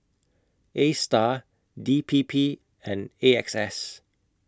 ASTAR D P P and A X S